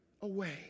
away